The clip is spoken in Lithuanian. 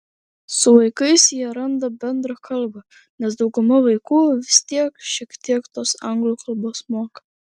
su vaikais jie randa bendrą kalbą nes dauguma vaikų vis tiek šiek tiek tos anglų kalbos moka